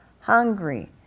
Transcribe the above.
hungry